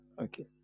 Okay